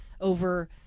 over